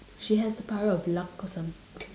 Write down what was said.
she has the power of luck or something